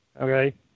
okay